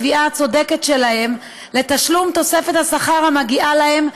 בתביעה הצודקת שלהם לתשלום תוספת השכר המגיעה להם,